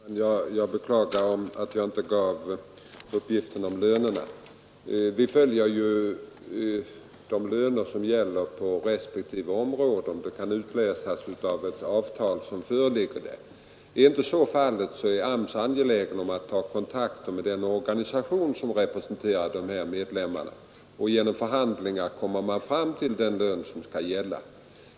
Herr talman! Jag beklagar att jag inte gav uppgiften om lönerna. Man tillämpar de löner som gäller på respektive områden och som kan utläsas av de avtal som finns där. Är så inte fallet, är AMS angeläget om att ta kontakter med den organisation som representerar de ifrågavarande arbetstagarna. Genom förhandlingar kommer man fram till den lön som skall gälla.